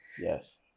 yes